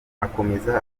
akomeza